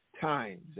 Times